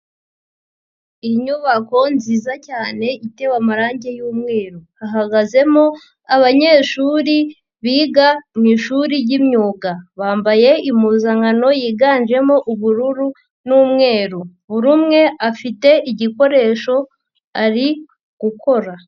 Inyubako nziza cyane itewe amarangi y'umweru, hahagazemo abanyeshuri biga mu ishuri ry'imyuga, bambaye impuzankano yiganjemo ubururu n'umweru, buri umwe afite igikoresho ari gukora.